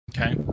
Okay